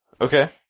Okay